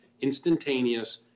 instantaneous